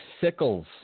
sickles